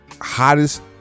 hottest